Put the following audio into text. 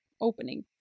opening